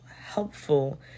helpful